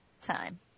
time